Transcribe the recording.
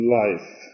life